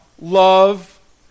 love